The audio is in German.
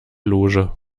loge